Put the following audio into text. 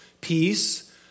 peace